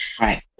right